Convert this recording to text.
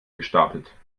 gestapelt